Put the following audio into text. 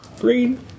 Green